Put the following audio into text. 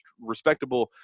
respectable